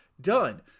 done